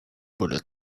bullet